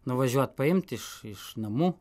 nuvažiuot paimt iš iš namų